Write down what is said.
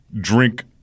drink